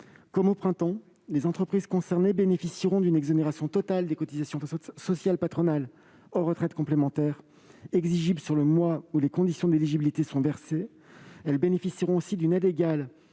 Comme au printemps dernier, les entreprises concernées bénéficieront d'une exonération totale des cotisations sociales patronales, hors retraite complémentaire, exigibles le mois où les conditions d'éligibilité sont remplies. Elles bénéficieront aussi d'une aide égale